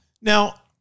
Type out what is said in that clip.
Now